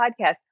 podcast